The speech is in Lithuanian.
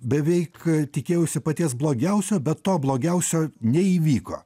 beveik tikėjausi paties blogiausio bet to blogiausio neįvyko